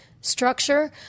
structure